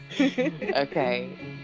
okay